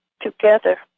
together